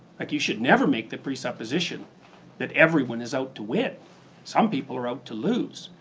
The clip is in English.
like you should never make the presupposition that everyone is out to win some people are out to lose,